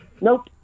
Nope